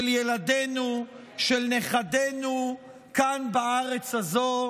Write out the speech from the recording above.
של ילדינו, של נכדינו כאן בארץ הזו.